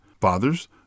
Fathers